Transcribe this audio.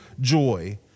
joy